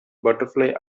butterfly